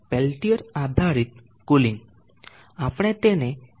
Peltier આધારિત cooling આપણે તેને કેવી રીતે કરી શકીએ